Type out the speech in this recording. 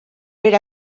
per